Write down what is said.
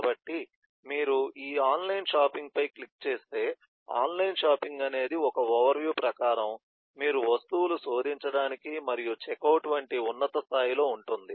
కాబట్టి మీరు ఈ ఆన్లైన్ షాపింగ్ పై క్లిక్ చేస్తే ఆన్లైన్ షాపింగ్ అనేది ఒక ఓవర్ వ్యూ ప్రకారం మీరు వస్తువులు శోధించడానికి మరియు చెక్అవుట్ వంటి ఉన్నత స్థాయిలో ఉంటుంది